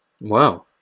wow